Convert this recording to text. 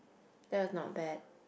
that was not bad